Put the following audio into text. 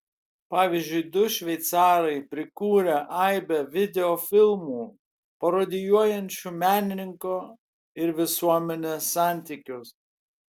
pavyzdžiui du šveicarai prikūrę aibę videofilmų parodijuojančių menininko ir visuomenės santykius